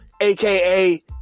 aka